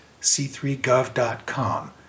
c3gov.com